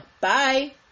Bye